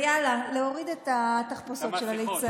יאללה, להוריד את התחפושות של הליצנים.